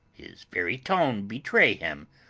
his very tone betray him,